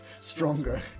Stronger